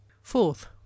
Fourth